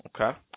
Okay